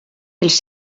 pels